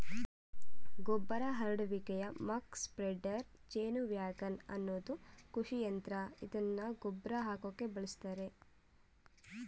ಗೊಬ್ಬರ ಹರಡುವಿಕೆಯ muck spreader ಜೇನುವ್ಯಾಗನ್ ಅನ್ನೋದು ಕೃಷಿಯಂತ್ರ ಇದ್ನ ಗೊಬ್ರ ಹಾಕಕೆ ಬಳುಸ್ತರೆ